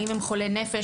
אם הם חולי נפש,